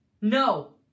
No